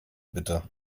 bitte